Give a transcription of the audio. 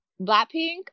Blackpink